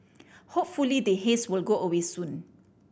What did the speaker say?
hopefully the haze will go away soon